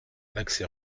l’article